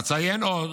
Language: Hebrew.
אציין עוד